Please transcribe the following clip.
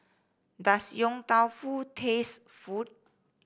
does Tong Tau Foo taste food